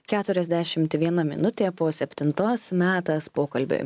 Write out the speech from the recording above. keturiasdešimt viena minutė po septintos metas pokalbiui